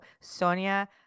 Sonia